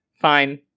Fine